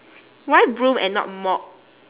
why broom and not mop